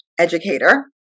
educator